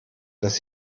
dass